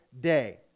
day